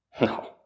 No